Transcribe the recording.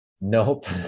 nope